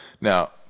Now